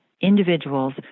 individuals